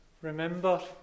remember